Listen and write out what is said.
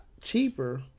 cheaper